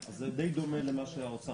אז זה דיי דומה למה שהאוצר